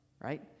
right